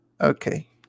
Okay